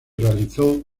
realizó